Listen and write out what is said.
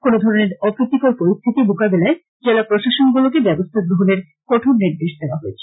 কোনধরনের অপ্রীতিকর পরিস্থিতি মোকাবিলায় জেলা প্রশাসনগুলিকে ব্যবস্থা গ্রহনের কঠোর নির্দেশ দেওয়া হয়েছে